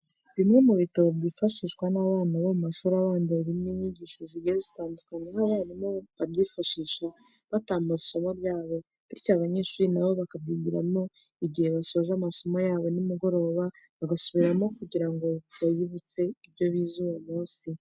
Bimwe mu bitabo byifashishwa n'abana bo mu mashuri abanza birimo ibyigisho zigiye zitandukanye aho abarimu babyifashisha batambutsa isomo ryabo, bityo abanyeshuri nabo bakabyigiramo igihe basoje amasomo yabo nimugoroba bagasubiramo kugira ngo biyibutse ibyo bize uwo munsi.